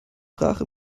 brach